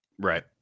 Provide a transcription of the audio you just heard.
Right